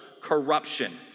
corruption